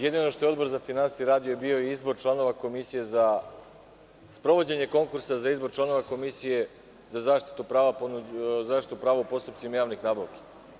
Jedini što je Odbor za finansije radio bio je izbor članova Komisije za sprovođenje konkursa za izbor članova Komisije za zaštitu prava u postupcima javnih nabavki.